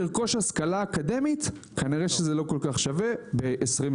לרכוש השכלה אקדמית כנראה שזה לא כל כך שווה ב-2023.